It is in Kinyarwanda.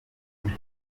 hari